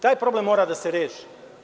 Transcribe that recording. Taj problem mora da se reši.